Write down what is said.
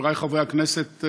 חברי חברי הכנסת,